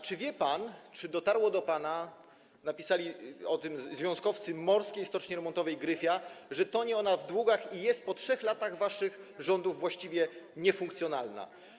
Czy wie pan, czy dotarło do pana, napisali o tym związkowcy Morskiej Stoczni Remontowej Gryfia, że tonie ona w długach i po 3 latach waszych rządów jest właściwie niefunkcjonalna?